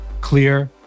clear